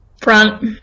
Front